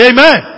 Amen